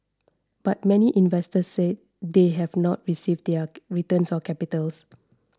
but many investors said they have not received their returns or capital